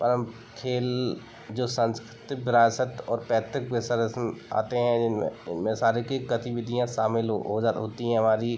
परम खेल जो सांस्कृतिक विरासत और पैतृक आते हैं जिनमें जिनमें शारीरिक गतिविधियाँ शामिल हो हो होती हैं हमारी